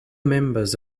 members